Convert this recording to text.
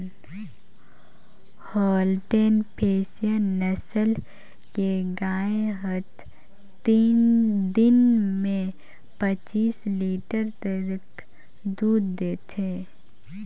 Holstein Friesian नसल के गाय हत दिन में पच्चीस लीटर तक दूद देथे